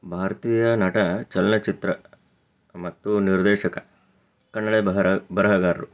ಭಾರತೀಯ ನಟ ಚಲನಚಿತ್ರ ಮತ್ತು ನಿರ್ದೇಶಕ ಕನ್ನಡ ಬರಹ ಬರಹಗಾರರು